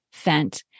Fent